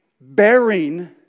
bearing